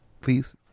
Please